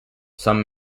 some